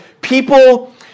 people